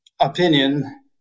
opinion